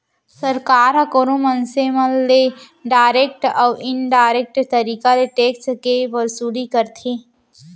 सरकार ह कोनो मनसे मन ले डारेक्ट अउ इनडारेक्ट तरीका ले टेक्स के वसूली करथे